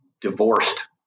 divorced